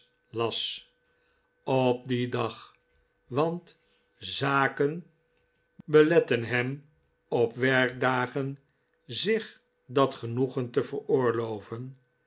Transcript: las op dien dag want zaken beletten hem op werkdagen zich dat genoegen te veroorloven